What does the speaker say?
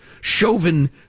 Chauvin